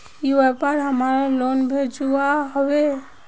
ई व्यापार हमार लोन भेजुआ हभे?